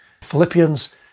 Philippians